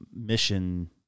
mission